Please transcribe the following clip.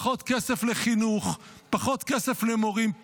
פחות כסף לחינוך, פחות כסף למורים.